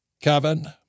Kevin